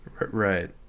Right